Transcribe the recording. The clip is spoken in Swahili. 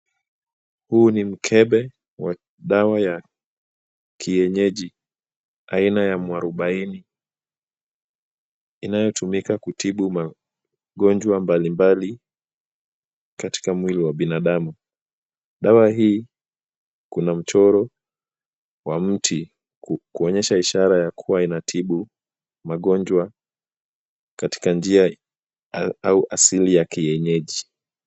Huu ni mkebe wa dawa ya kienyeji aina ya mwarobaini . Inayotumika kutibu magonjwa mbalimbali katika mwili wa binadamu. Dawa hii kuna mchoro wa mti kuonyesha ishara ya kuwa inatibu magonjwa katika njia ya au asili ya kienyeji.